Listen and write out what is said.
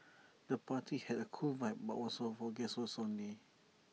the party had A cool vibe but was for guests only